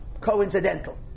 coincidental